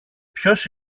ποιος